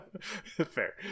Fair